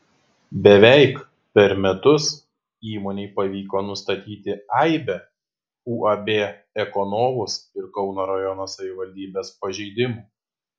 beveik per metus įmonei pavyko nustatyti aibę uab ekonovus ir kauno rajono savivaldybės pažeidimų